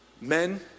Men